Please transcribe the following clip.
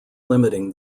limiting